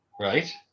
right